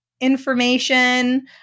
information